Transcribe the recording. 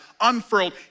unfurled